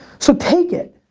so, take it.